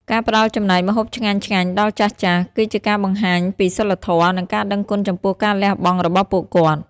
ការផ្តល់ចំណែកម្ហូបឆ្ងាញ់ៗដល់ចាស់ៗ គឺជាការបង្ហាញពីសីលធម៌ និងការដឹងគុណចំពោះការលះបង់របស់ពួកគាត់។